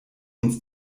uns